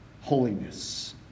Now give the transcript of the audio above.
holiness